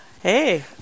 Hey